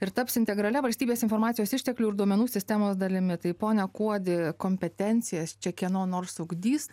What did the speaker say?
ir taps integralia valstybės informacijos išteklių ir duomenų sistemos dalimi tai pone kuodi kompetencijas čia kieno nors ugdys